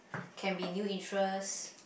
can be new interest